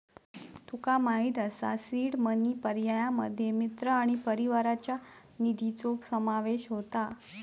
तुका माहित असा seed money पर्यायांमध्ये मित्र आणि परिवाराच्या निधीचो समावेश होता